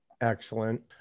Excellent